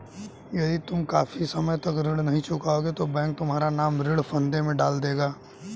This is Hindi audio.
यदि तुम काफी समय तक ऋण नहीं चुकाओगे तो बैंक तुम्हारा नाम ऋण फंदे में डाल देगा